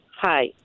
Hi